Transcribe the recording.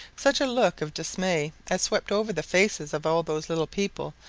such a look of dismay as swept over the faces of all those little people,